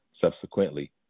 Subsequently